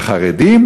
והחרדים?